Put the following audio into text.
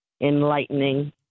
enlightening